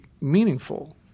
meaningful